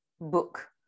book